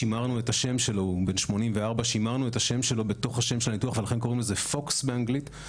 שימרנו את השם שלו בתוך השם של הניתוח לכן קוראים לזה פוקס באנגליתFrench